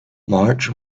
march